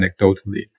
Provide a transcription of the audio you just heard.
anecdotally